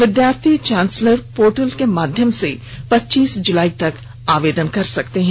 विद्यार्थी chancellor portal के माध्यम से पच्चीस जुलाई तक आवेदन कर सकते हैं